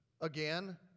Again